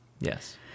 yes